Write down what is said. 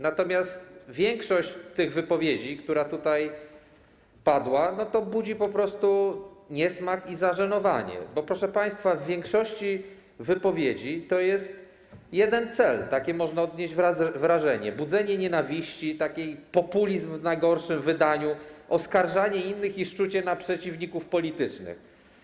Natomiast większość tych wypowiedzi, które tutaj padły, budzi po prostu niesmak i zażenowanie, bo proszę państwa, w przypadku większości wypowiedzi jest jeden cel, takie można odnieść wrażenie: budzenie nienawiści, populizm w najgorszym wydaniu, oskarżanie innych i szczucie na przeciwników politycznych.